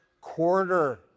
quarter